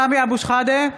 (קוראת בשמות חברי הכנסת) סמי אבו שחאדה,